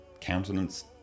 countenance